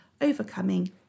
overcoming